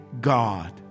God